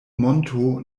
monto